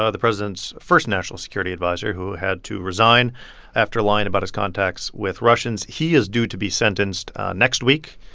ah the president's first national security adviser who had to resign after lying about his contacts with russians he is due to be sentenced sentenced next week.